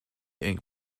ink